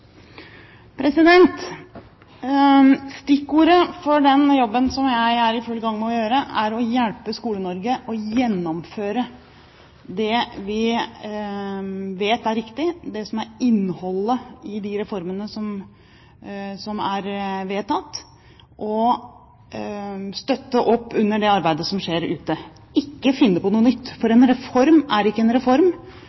for den jobben som jeg er i full gang med å gjøre, er å hjelpe Skole-Norge med å gjennomføre det vi vet er riktig, det som er innholdet i de reformene som er vedtatt, og støtte opp under det arbeidet som skjer ute. Det er ikke å finne på noe nytt.